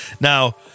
Now